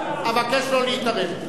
אבקש לא להתערב.